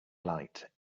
light